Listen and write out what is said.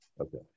Okay